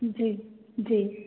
जी जी